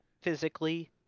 physically